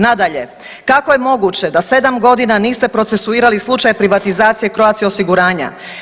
Nadalje, kako je moguće da 7.g. niste procesuirali slučaj privatizacije Croatia osiguranja?